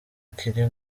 kiri